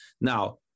Now